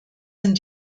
sind